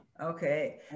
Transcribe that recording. Okay